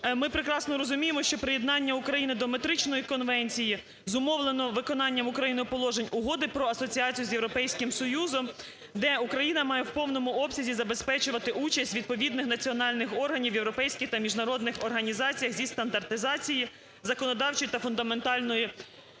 ми прекрасно розуміємо, що приєднання України до Метричної конвенції зумовлено виконанням Україною положень Угоди про асоціацію з Європейським Союзом, де Україна має в повному обсязі забезпечувати участь відповідних національних органів європейських та міжнародних організацій зі стандартизації, законодавчої та фундаментальної